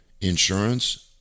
insurance